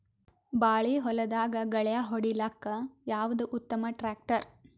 ಬಾಳಿ ಹೊಲದಾಗ ಗಳ್ಯಾ ಹೊಡಿಲಾಕ್ಕ ಯಾವದ ಉತ್ತಮ ಟ್ಯಾಕ್ಟರ್?